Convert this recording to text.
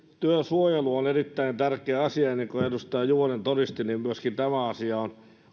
työsuojelu on erittäin tärkeä asia ja niin kuin edustaja juvonen todisti myöskin tämä asia on